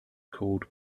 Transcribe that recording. called